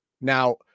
now